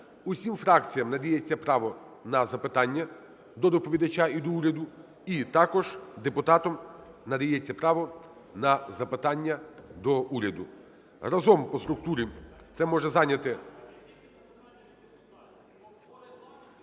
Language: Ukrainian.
усім фракціям надається право на запитання до доповідача і до уряду, і також депутатам надається право на запитання до уряду. Разом по структурі це може зайняти…